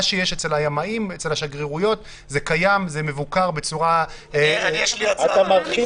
מה שיש אצל הימאים ובשגרירויות זה מבוקר בצורה שכבר קיימת.